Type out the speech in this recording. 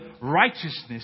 righteousness